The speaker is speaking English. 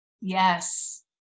yes